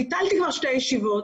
כבר ביטלתי שתי ישיבות.